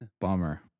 bummer